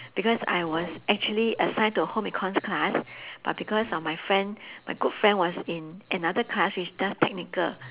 because I was actually assigned to a home econs class but because of my friend my good friend was in another class which does technical